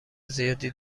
زیادی